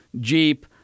Jeep